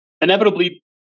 inevitably